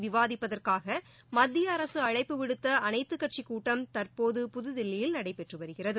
விவாதிப்பதற்காக மத்திய அரசு அழைப்புவிடுத்த அனைத்துக் கட்சிக் கூட்டம் தற்போது புதுதில்லியில் நடைபெற்று வருகிறது